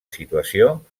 situació